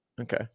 Okay